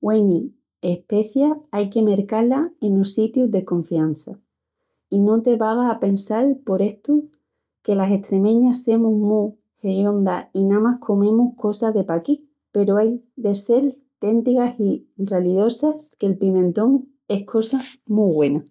güena especia, ai que mercá-la enos sitius de confiança. I no te vaigas a pensal por estu que las estremeñas semus mu heyondas i namás comemus cosa de paquí peru ai de sel téntigas i ralidosas, que'l pimientón es cosa mu güena.